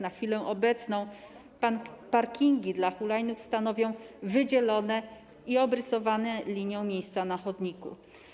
Na chwilę obecną parkingi dla hulajnóg stanowią wydzielone i obrysowane linią miejsca na chodnikach.